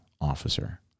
officer